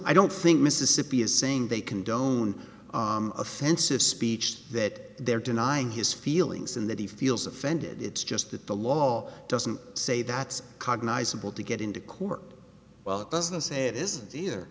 i don't think mississippi is saying they condone offensive speech that they're denying his feelings and that he feels offended it's just that the law doesn't say that's cognize simple to get into court well it doesn't say it isn't either